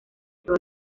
todo